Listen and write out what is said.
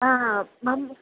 हा मम